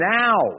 now